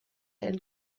and